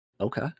Okay